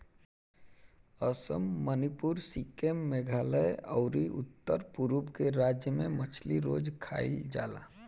असम, मणिपुर, सिक्किम, मेघालय अउरी उत्तर पूरब के राज्य में मछली रोज खाईल जाला